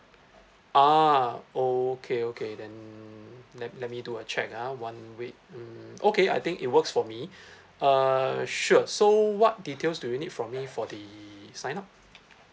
ah okay okay then let let me do a check ah one week um okay I think it works for me uh sure so what details do you need from me for the sign up